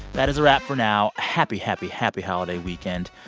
that is a wrap for now. happy, happy, happy holiday weekend.